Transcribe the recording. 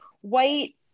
white